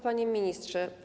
Panie Ministrze!